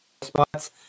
spots